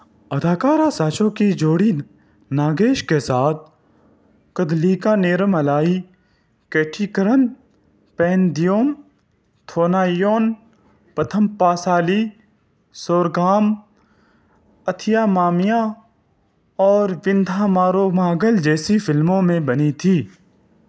اداکارہ ساشرو کی جوڑی ناگیش کے ساتھ کدھلیکا نیرم الائی کیٹیکرن پین دیوم تھونائیون پتھم پاسالی سورگام اتھیا مامیا اور وندھا ماروماگل جیسی فلموں میں بنی تھی